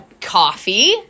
coffee